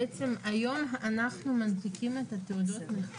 היום אנחנו מנפיקים את תעודות הנכה